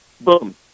Boom